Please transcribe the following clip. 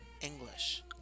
english